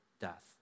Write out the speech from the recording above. death